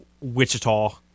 Wichita